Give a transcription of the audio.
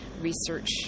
research